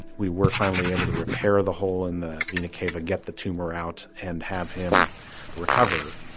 we were finally able to repair the hole in the vena cava, get the tumor out and have him recover